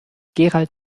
gerald